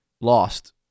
lost